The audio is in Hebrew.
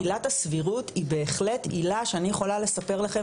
עילת הסבירות היא בהחלט עילה שאני יכול לספר לכם,